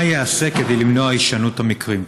4. מה ייעשה כדי למנוע את הישנות המקרים?